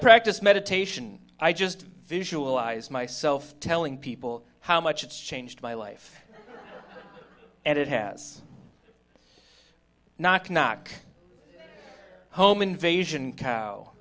practiced meditation i just visualize myself telling people how much it's changed my life and it has knock knock home invasion